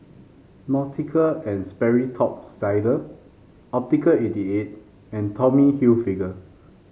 Nautica And Sperry Top Sider Optical eighty eight and Tommy Hilfiger